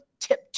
tip